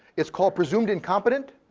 it's called presumed incompetent.